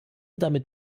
damit